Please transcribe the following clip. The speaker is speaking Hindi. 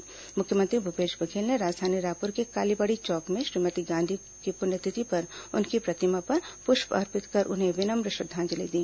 टवीट में मुख्यमंत्री भूपेश बघेल ने राजधानी रायपुर के कालीबाड़ी चौक में श्रीमती गांधी की पुण्यतिथि पर उनकी प्रतिमा पर पृष्प अर्पित कर उन्हें विनम्र श्रद्वांजलि दी